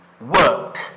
work